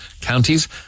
counties